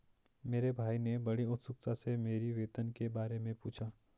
मेरे भाई ने बड़ी उत्सुकता से मेरी वेतन के बारे मे पूछा